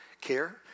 care